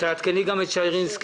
תעדכני גם את שי רינסקי.